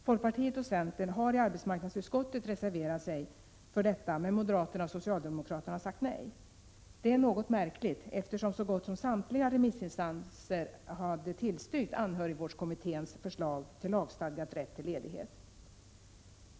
Folkpartiet och centern har i arbetsmarknadsutskottet reserverat sig för detta, men moderaterna och socialdemokraterna har sagt nej. Det är något märkligt, eftersom så gott som samtliga remissinstanser har tillstyrkt anhörigvårdskommitténs förslag till lagstadgad rätt till ledighet.